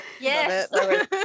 Yes